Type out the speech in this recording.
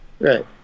Right